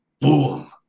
boom